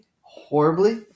Horribly